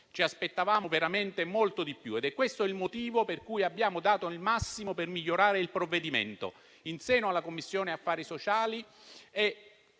ci aspettavamo veramente molto di più ed è questo il motivo per cui abbiamo dato il massimo per migliorare il provvedimento in seno alla Commissione affari sociali.